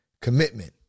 Commitment